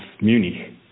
Munich